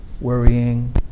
Worrying